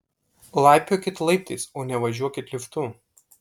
laipiokit laiptais o ne važiuokit liftu